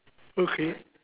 okay